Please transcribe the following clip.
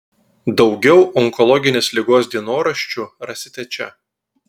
daugiau onkologinės ligos dienoraščių rasite čia